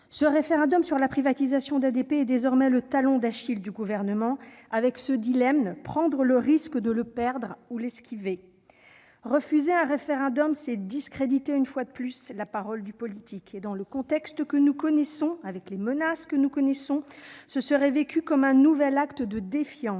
Le référendum sur la privatisation d'ADP est désormais le talon d'Achille du Gouvernement, avec ce dilemme : faut-il prendre le risque de le perdre ou l'esquiver ? Refuser un référendum, c'est discréditer, une fois de plus, la parole du politique. Dans le contexte et avec les menaces que nous connaissons, ce serait vécu comme un nouvel acte de défiance